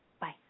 Bye